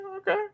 okay